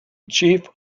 chief